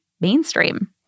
mainstream